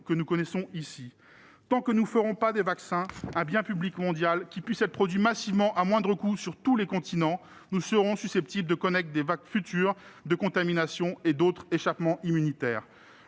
que nous connaissons dans notre pays. Tant que nous ne ferons pas des vaccins un bien public mondial qui puisse être produit massivement à moindre coût sur tous les continents, nous serons susceptibles de connaître des vagues futures de contaminations et d'autres d'échappements immunitaires.